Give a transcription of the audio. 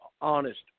honest